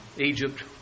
Egypt